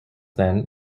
than